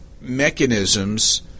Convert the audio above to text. mechanisms